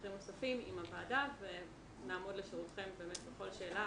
חוקרים נוספים עם הוועדה ונעמוד לשירותכם בכל שאלה,